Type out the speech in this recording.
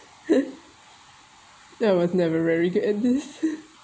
I was never very good at this